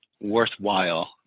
worthwhile